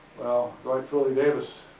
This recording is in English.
dwight filley davis,